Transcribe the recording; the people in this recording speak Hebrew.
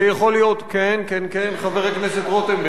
וזה יכול להיות, כן, כן, כן, חבר הכנסת רותם.